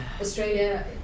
Australia